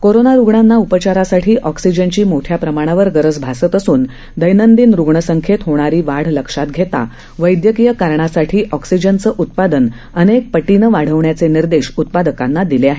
corona रुग्णांना उपचारासाठी ऑक्सीजनची मोठ्या प्रमाणावर गरज भासत असून दैनंदिन रुग्णसंख्येत होणारी वाढ लक्षात घेता वैद्यकीय कारणासाठी ऑक्सीजनचं उत्पादन अनेक पटीनं वाढवण्याचे निर्देश उत्पादकांना दिले आहेत